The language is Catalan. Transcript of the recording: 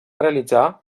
realitzar